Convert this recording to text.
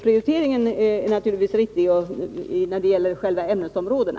Prioriteringen är naturligtvis riktig när det gäller själva ämnesområdena.